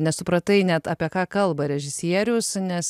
nesupratai net apie ką kalba režisierius nes